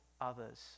others